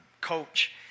coach